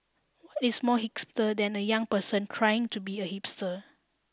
is more hipster than a young person trying to be a hipster